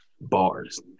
bars